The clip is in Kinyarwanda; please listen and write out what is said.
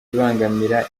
ibangamira